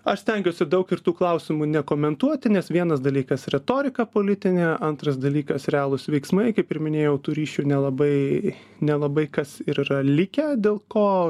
aš stengiuosi daug ir tų klausimų nekomentuoti nes vienas dalykas retorika politinė antras dalykas realūs veiksmai kaip ir minėjau turisčių nelabai nelabai kas ir yra likę dėl ko